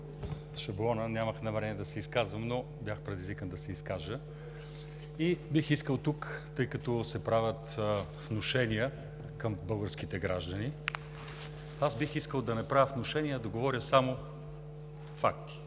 нямах намерение да се изказвам, но бях предизвикан да се изкажа. Бих искал, тъй като се правят внушения към българските граждани, да не правя внушения, а да говоря само факти.